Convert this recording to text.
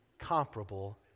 comparable